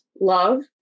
love